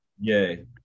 Yay